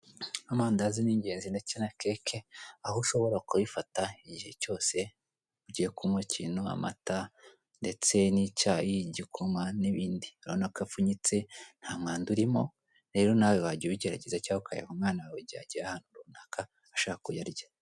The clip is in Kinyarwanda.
Amandazi ni ingenzi ndetse na keke Aho ushobora kubigata igihe Cyose ugiye kunywa ikintu: amata ndetse n'icyayi, igikoma urabona ko apfunyitse rero nawe wajya ubigerageza cyangwa ukabiha umwana wawe igihe agiye ahantu runaka ashaka kuyarya.